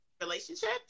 relationships